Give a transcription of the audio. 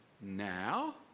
Now